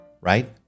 right